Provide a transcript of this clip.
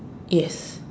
yes